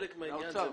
גם האוצר.